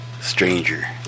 stranger